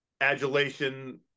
adulation